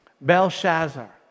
Belshazzar